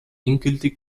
endgültig